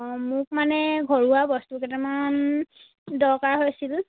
অঁ মোক মানে ঘৰুৱা বস্তু কেইটামান দৰকাৰ হৈছিল